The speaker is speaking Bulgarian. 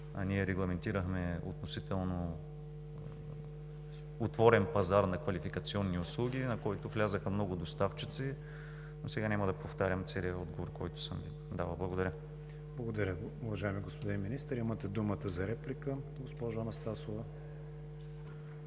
ние регламентирахме относително отворен пазар на квалификационни услуги, на който влязоха много доставчици, но сега няма да повтарям целия отговор, който съм Ви давал. Благодаря. ПРЕДСЕДАТЕЛ КРИСТИАН ВИГЕНИН: Благодаря, уважаеми господин Министър. Имате думата за реплика, госпожо Анастасова.